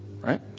right